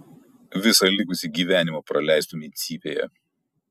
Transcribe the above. visą likusį gyvenimą praleistumei cypėje